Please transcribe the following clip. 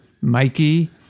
Mikey